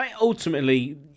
Ultimately